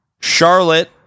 Charlotte